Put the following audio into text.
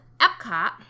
Epcot